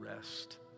rest